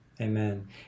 Amen